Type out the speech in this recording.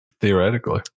Theoretically